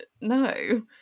no